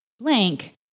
blank